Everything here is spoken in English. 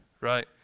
right